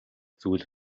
зүйл